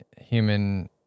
human